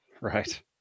Right